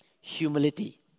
Humility